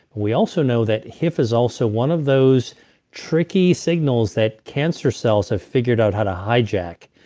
we also know that hif is also one of those tricky signals that cancer cells have figured out how to hijack.